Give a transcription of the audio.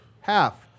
half